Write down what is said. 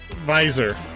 visor